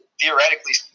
theoretically